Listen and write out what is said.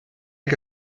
que